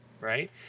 right